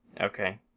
Okay